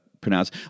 pronounce